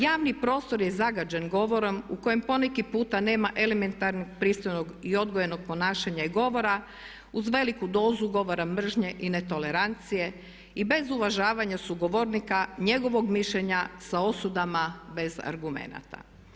Javni prostor je zagađen govorom u kojem poneki puta nema elementarnog, pristojnog i odgojenog ponašanja i govora uz veliku dozu govora mržnje i netolerancije i bez uvažavanja sugovornika, njegovog mišljenja sa osudama bez argumenata.